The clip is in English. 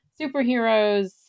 superheroes